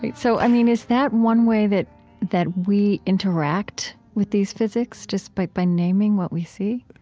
but so, i mean, is that one way that that we interact with these physics, just by by naming what we see?